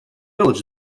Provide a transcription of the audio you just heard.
village